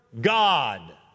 God